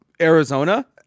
Arizona